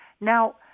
Now